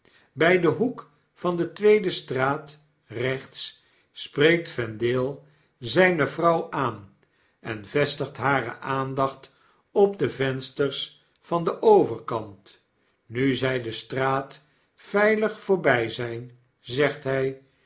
by den hoek van de tweede straat rechts spreekt vendale zjjne vrouw aan en vestigt hare aandacht op de vensters van denoverkaninu zy de straat veilig voorby zyn zegt hy